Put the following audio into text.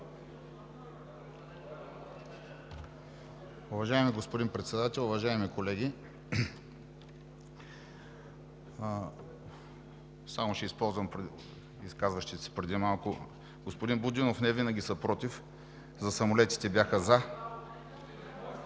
Уважаеми господин Председател, уважаеми колеги! Само ще използвам изказващите се преди малко. Господин Будинов, не винаги са против. За самолетите бяха „за“.